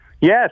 Yes